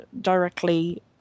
directly